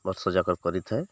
ବର୍ଷଯାକର କରିଥାଏ